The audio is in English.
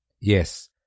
Yes